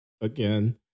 again